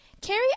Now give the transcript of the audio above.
Carrie